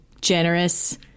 generous